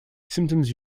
symptoms